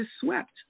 swept